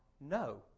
no